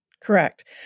Correct